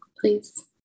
please